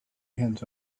hens